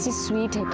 sweet.